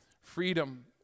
Freedom